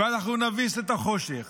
ואנחנו נביס את החושך